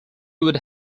would